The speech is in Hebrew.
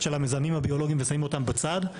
של המזהמים הביולוגיים ושמים אותם בצד,